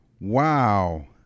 wow